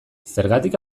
zergatik